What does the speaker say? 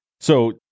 So-